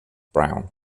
brown